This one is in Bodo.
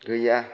गैया